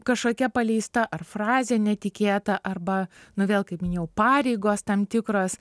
kažkokia paleista ar frazė netikėta arba nu vėl kaip minėjau pareigos tam tikros